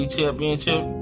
Championship